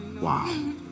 Wow